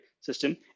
system